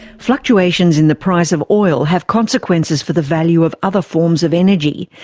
fluctuations in the price of oil have consequences for the value of other forms of energy.